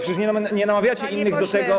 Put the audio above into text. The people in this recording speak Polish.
Przecież nie namawiacie innych do tego.